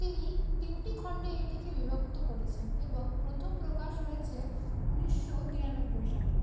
তিনি তিনটি খণ্ডে এটিকে বিভক্ত করেছেন এবং প্রথম প্রকাশ হয়েছে উনিশশো তিরানব্বই সালে